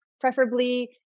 preferably